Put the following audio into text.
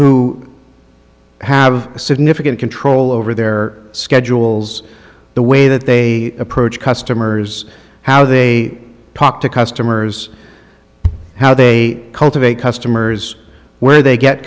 who have a significant control over their schedules the way that they approach customers how they talk to customers how they cultivate customers where they get